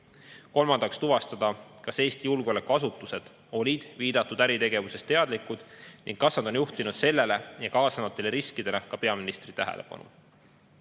Kolmandaks tuvastada, kas Eesti julgeolekuasutused olid viidatud äritegevusest teadlikud ning kas nad on juhtinud sellele ja kaasnevatele riskidele ka peaministri tähelepanu.